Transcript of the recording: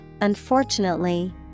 unfortunately